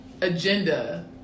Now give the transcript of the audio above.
agenda